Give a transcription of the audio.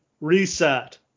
Reset